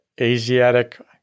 Asiatic